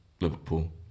Liverpool